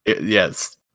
Yes